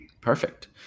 Perfect